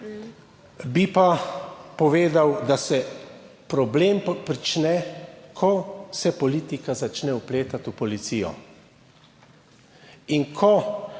Bi pa povedal, da se problem prične, ko se politika začne vpletati v policijo. In ko